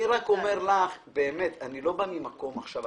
אני לא בא ממקום אחר.